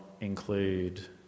include